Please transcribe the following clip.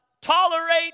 tolerate